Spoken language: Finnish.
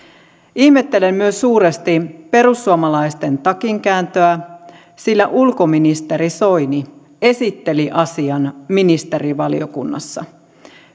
ihmettelen myös suuresti perussuomalaisten takinkääntöä sillä ulkoministeri soini esitteli asian ministerivaliokunnassa